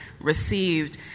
received